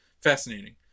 Fascinating